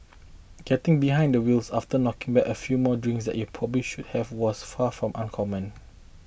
getting behind the wheels after knocking back a few more drinks than you probably should have was far from uncommon